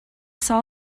saw